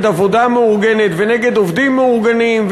עבודה מאורגנת ונגד עובדים מאורגנים.